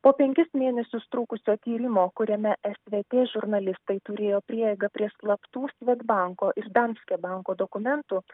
po penkis mėnesius trukusio tyrimo kuriame svt žurnalistai turėjo prieigą prie slaptų svedbanko ir danske banko dokumentų